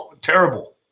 terrible